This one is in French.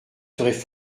seraient